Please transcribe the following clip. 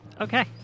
Okay